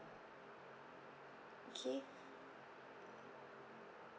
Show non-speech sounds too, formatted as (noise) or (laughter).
okay (noise)